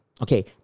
Okay